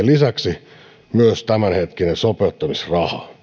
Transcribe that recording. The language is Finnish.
lisäksi myös tämänhetkinen sopeutumisraha